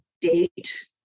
date